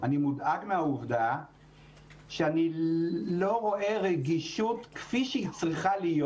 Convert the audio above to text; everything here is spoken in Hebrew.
מהעובדה שאני לא רואה רגישות כפי שצריכה להיות